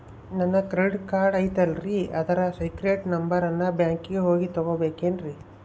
ನನ್ನ credit card ಐತಲ್ರೇ ಅದರ ಸೇಕ್ರೇಟ್ ನಂಬರನ್ನು ಬ್ಯಾಂಕಿಗೆ ಹೋಗಿ ತಗೋಬೇಕಿನ್ರಿ?